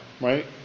right